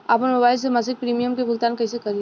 आपन मोबाइल से मसिक प्रिमियम के भुगतान कइसे करि?